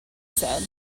said